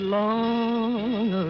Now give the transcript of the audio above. long